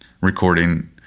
recording